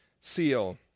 seal